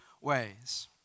ways